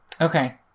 Okay